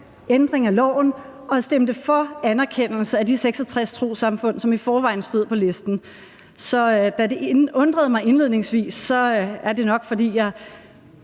ændringen af loven og stemte for anerkendelse af de 66 trossamfund, som i forvejen stod på listen. Når det undrede mig indledningsvis, var det nok, fordi jeg